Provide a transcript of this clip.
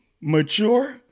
mature